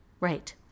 Right